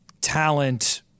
talent